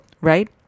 right